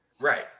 Right